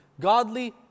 godly